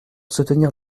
soutenir